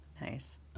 Nice